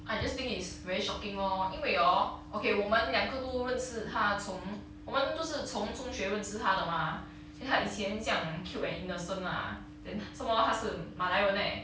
I just think it's very shocking lor 因为 orh okay 我们两个都认识他从我们都是从中学认识他的 mah 他以前酱 cute and innocent lah then some more 他是马来人 leh